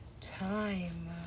time